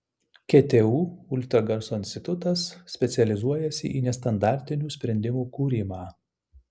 ktu ultragarso institutas specializuojasi į nestandartinių sprendimų kūrimą